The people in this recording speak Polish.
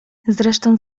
zresztą